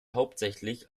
hauptsächlich